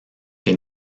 que